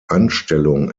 anstellung